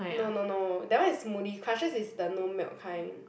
no no no that one is smoothie crusher is the no milk kind